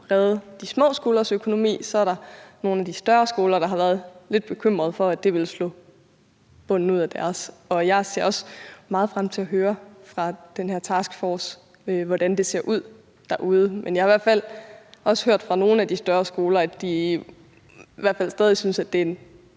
redde de små skolers økonomi, så er der nogle af de større skoler, der har været lidt bekymrede for, at det ville slå bunden ud af deres. Og jeg ser også meget frem til at høre fra den her taskforce, hvordan det ser ud derude. Men jeg har i hvert fald også hørt fra nogle af de større skoler, at de i hvert fald stadig synes, at det er